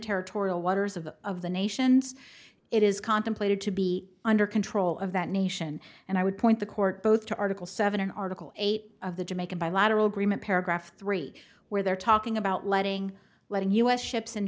territorial waters of the of the nations it is contemplated to be under control of that nation and i would point the court both to article seven in article eight of the jamaican bilateral agreement paragraph three where they're talking about letting letting us ships in